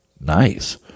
Nice